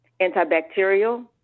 antibacterial